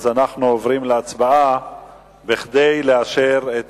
אז אנחנו עוברים להצבעה כדי לאשר את